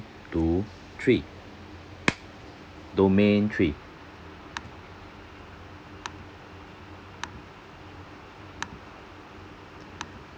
two three domain three